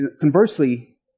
conversely